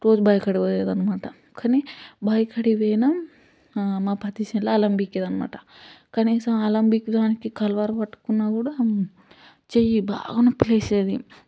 రోజూ బావి కాడికి పోయేది అన్నమాట కానీ బావి కాడికి పోయినా మా పత్తి చేన్లో అలాం పీకేది అన్నమాట కనీసం అలాం పీకేదానికి కల్వర్ పట్టుకున్నా కూడా చెయ్యి బాగా నొప్పి లేసేది